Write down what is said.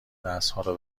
دستهارو